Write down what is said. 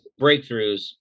breakthroughs